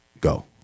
go